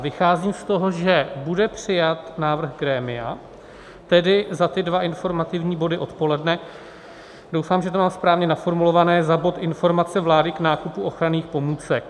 Vycházím z toho, že bude přijat návrh grémia, tedy za ty dva informativní body odpoledne, doufám, že to mám správně naformulované, za bod Informace vlády k nákupu ochranných pomůcek.